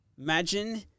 imagine